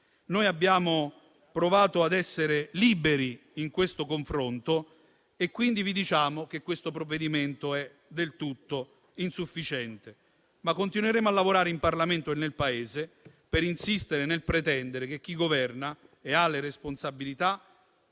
Noi abbiamo provato ad essere liberi in questo confronto, quindi vi diciamo che il provvedimento in esame è del tutto insufficiente, ma continueremo a lavorare in Parlamento e nel Paese per insistere nel pretendere che chi governa e ha le responsabilità